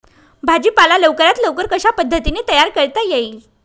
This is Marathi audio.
भाजी पाला लवकरात लवकर कशा पद्धतीने तयार करता येईल?